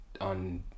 on